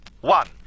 One